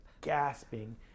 gasping